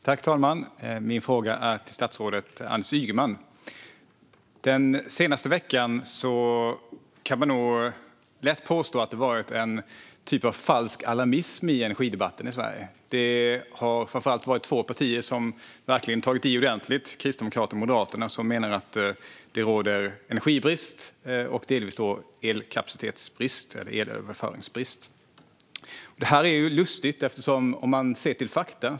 Fru talman! Min fråga går till statsrådet Anders Ygeman. Den senaste veckan kan man nog lätt påstå att det har varit en typ av falsk alarmism i energidebatten i Sverige. Det har framför allt varit två partier som verkligen tagit i ordentligt: Kristdemokraterna och Moderaterna. De menar att det råder energibrist och delvis elkapacitetsbrist eller elöverföringsbrist. Det här framstår som lustigt om man ser till fakta.